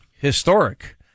historic